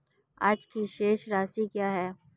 आज की शेष राशि क्या है?